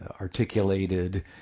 articulated